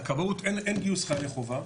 לכבאות אין גיוס חיילי חובה.